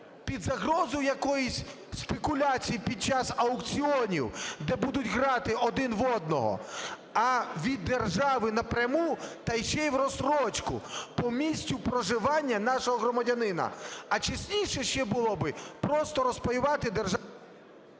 під загрозою якоїсь спекуляції під час аукціонів, де будуть грати один в одного, а від держави напряму та ще й в розстрочку по місцю проживання нашого громадянина. А чесніше ще було би просто розпаювати…